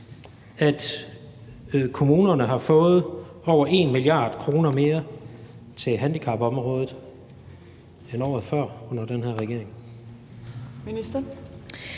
at kommunerne har fået over 1 mia. kr. mere til handicapområdet end året før under den her regering?